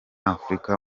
afurika